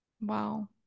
Wow